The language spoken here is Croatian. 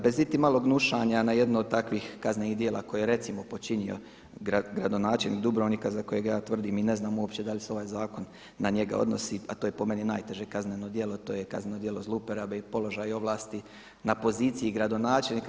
Bez iti malo gnušanja na jedno od takvih kaznenih djela koje je recimo počinio gradonačelnik Dubrovnika za kojeg ja tvrdim i ne znam uopće da li se ovaj zakon na njega odnosi a to je po meni najteže kazneno djelo, to je kazneno djelo zlouporabe i položaja i ovlasti na poziciji gradonačelnika.